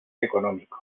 económico